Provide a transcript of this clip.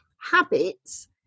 habits